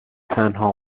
تنها